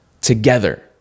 together